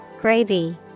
Gravy